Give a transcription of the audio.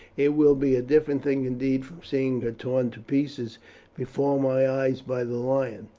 it will be a different thing indeed from seeing her torn to pieces before my eyes by the lion.